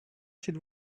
s’il